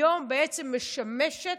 היום בעצם משמשת,